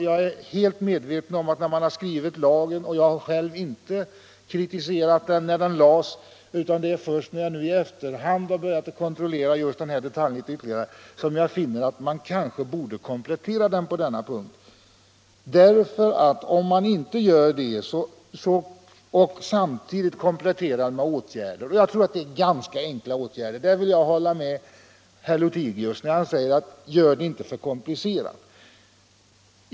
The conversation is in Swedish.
Jag har själv inte kritiserat lagen när den tillkom, det är först när jag nu i efterhand börjat kontrollera just den här detaljen ytterligare som jag finner att man kanske borde komplettera lagen på den punkten. Jag tror att det är ganska enkla åtgärder som erfordras. Jag vill där hålla med herr Lothigius när han säger att man inte skall göra det så komplicerat.